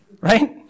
Right